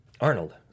Arnold